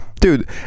dude